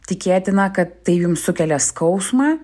tikėtina kad tai jum sukelia skausmą